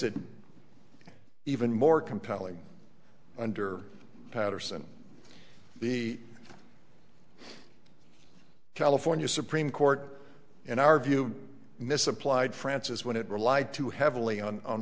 it even more compelling under paterson the california supreme court in our view misapplied francis when it relied too heavily on o